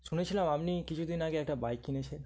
শুনেছিলাম আপনি কিছুদিন আগে একটা বাইক কিনেছেন